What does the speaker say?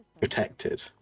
protected